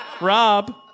Rob